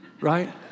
Right